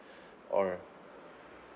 alright